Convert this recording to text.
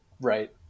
Right